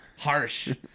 Harsh